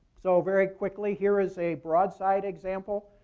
so very quickly, here is a broadside example.